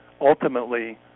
Ultimately